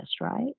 right